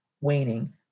waning